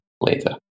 later